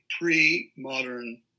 pre-modern